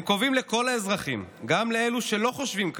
הם קובעים לכל האזרחים, גם לאלו שלא חושבים כמוהם,